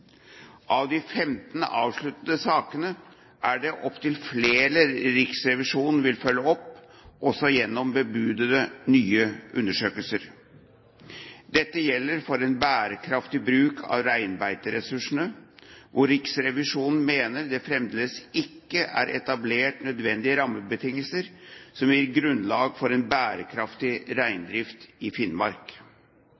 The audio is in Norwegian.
Av de 15 avsluttede sakene er det opptil flere Riksrevisjonen vil følge opp, også gjennom bebudede nye undersøkelser. Dette gjelder for en bærekraftig bruk av reinbeiteressursene, hvor Riksrevisjonen mener det fremdeles ikke er etablert nødvendige rammebetingelser som gir grunnlag for en bærekraftig